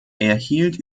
erhielt